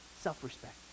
self-respect